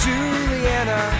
Juliana